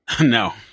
No